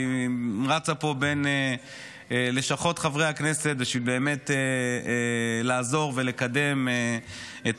היא רצה פה בין לשכות חברי הכנסת בשביל באמת לעזור ולקדם את